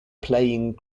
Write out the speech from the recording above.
playing